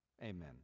Amen